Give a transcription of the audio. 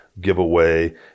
giveaway